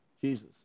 Jesus